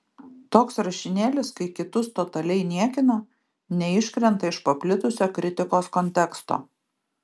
toks rašinėlis kai kitus totaliai niekina neiškrenta iš paplitusio kritikos konteksto